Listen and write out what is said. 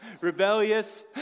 rebellious